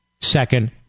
second